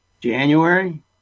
January